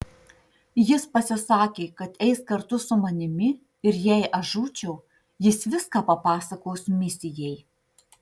jis pasisakė kad eis kartu su manimi ir jei aš žūčiau jis viską papasakos misijai